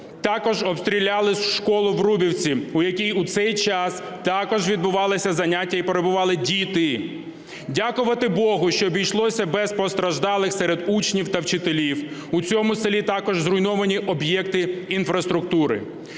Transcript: Також обстріляли школу в Врубівці, в якій в цей час також відбувалися заняття і перебували діти. Дякувати Богу, що обійшлося без постраждалих серед учнів та вчителів. В цьому селі також зруйновані об'єкти інфраструктури.